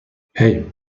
hey